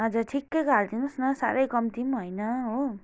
हजुर ठिकैको हालिदिनुहोस् न साह्रै कम्ती पनि होइन हो